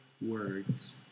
words